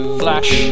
flash